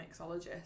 mixologist